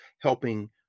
helping